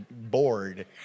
bored